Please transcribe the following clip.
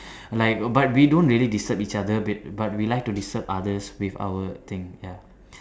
like but we don't really disturb each other b~ but we like to disturb others with our thing ya